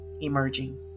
emerging